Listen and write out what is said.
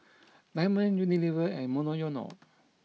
Diamond Unilever and Monoyono